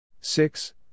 Six